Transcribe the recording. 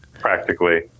practically